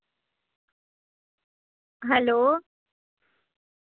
hello